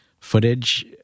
footage